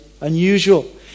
unusual